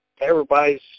everybody's